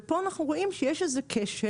ופה אנחנו רואים שיש איזה שהוא כשל.